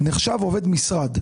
נחשב עובד משרד.